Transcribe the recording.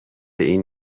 این